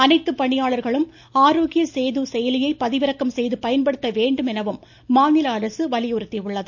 அனைத்து பணியாளர்களும் ஆரோக்கிய சேது செயலியை பதிவிறக்கம் செய்து பயன்படுத்த வேண்டும் என மாநில அரசு வலியுறுத்தியுள்ளது